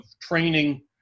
training